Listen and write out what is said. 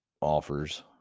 offers